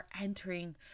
entering